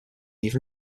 even